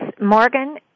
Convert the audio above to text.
Morgan